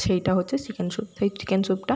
সেইটা হচ্ছে chicken soup সেই চিকেন স্যুপটা